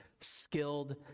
skilled